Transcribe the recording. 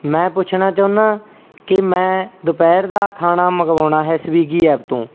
ਮੈਂ ਪੁੱਛਣਾ ਚਾਹੁੰਦਾ ਕਿ ਮੈਂ ਦੁਪਹਿਰ ਦਾ ਖਾਣਾ ਮੰਗਵਾਉਣਾ ਹੈ ਸਵੀਗੀ ਐਪ ਤੋਂ